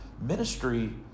ministry